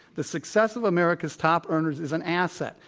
the success of america's top earners is an asset,